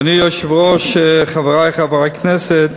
אדוני היושב-ראש, חברי חברי הכנסת,